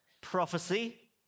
prophecy